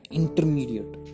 intermediate